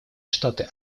штаты